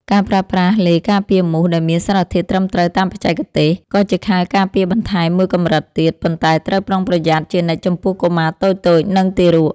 ការប្រើប្រាស់ឡេការពារមូសដែលមានសារធាតុត្រឹមត្រូវតាមបច្ចេកទេស ក៏ជាខែលការពារបន្ថែមមួយកម្រិតទៀត ប៉ុន្តែត្រូវប្រុងប្រយ័ត្នជានិច្ចចំពោះកុមារតូចៗ និងទារក។